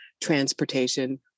transportation